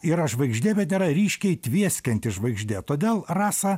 yra žvaigždė bet nėra ryškiai tvieskianti žvaigždė todėl rasa